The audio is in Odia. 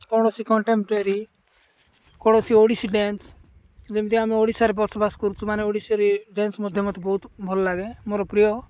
କୌଣସି କଣ୍ଟେମ୍ପରୀ କୌଣସି ଓଡ଼ିଶୀ ଡ୍ୟାନ୍ସ ଯେମିତି ଆମେ ଓଡ଼ିଶାରେ ବସବାସ କରୁଛୁ ମାନେ ଓଡ଼ିଶାରେ ଡ୍ୟାନ୍ସ ମଧ୍ୟ ମତେ ବହୁତ ଭଲ ଲାଗେ ମୋର ପ୍ରିୟ